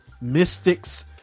mystics